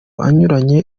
anyuranye